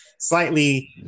slightly